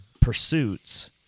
pursuits